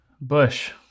bush